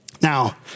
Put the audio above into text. Now